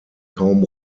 kaum